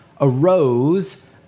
arose